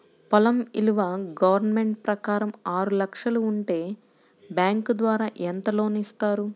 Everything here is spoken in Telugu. పొలం విలువ గవర్నమెంట్ ప్రకారం ఆరు లక్షలు ఉంటే బ్యాంకు ద్వారా ఎంత లోన్ ఇస్తారు?